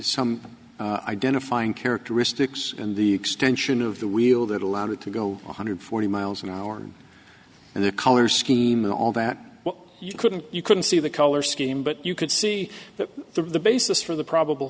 some identifying characteristics in the extension of the wheel that allowed it to go one hundred forty miles an hour and the color scheme and all that you couldn't you couldn't see the color scheme but you could see that the basis for the probable